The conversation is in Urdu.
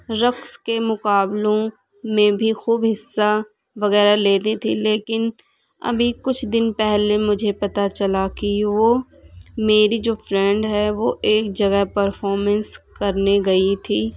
رقص کے مقابلوں میں بھی خوب حصہ وغیرہ لیتی تھی لیکن ابھی کچھ دن پہلے مجھے پتہ چلا کہ وہ میری جو فرینڈ ہے وہ ایک جگہ پرفارمینس کرنے گئی تھی